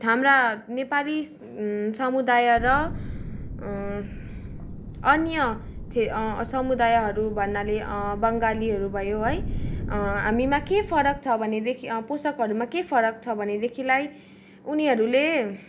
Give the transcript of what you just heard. हाम्रा नेपाली समुदाय र अन्य समुदायहरू भन्नाले बङ्गालीहरू भयो है हामीमा के फरक छ भनिदेखि पोसाकहरूमा के फरक छ भनेदेखिलाई उनीहरूले